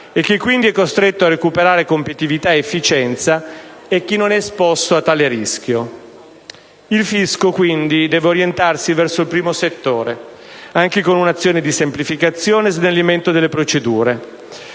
e che quindi è costretto a recuperare competitività ed efficienza, e chi non è esposto a tale rischio. Il fisco, quindi, deve orientarsi verso il primo settore, anche con un'azione di semplificazione e snellimento delle procedure.